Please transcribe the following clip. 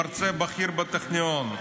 מרצה בכיר בטכניון.